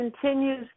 continues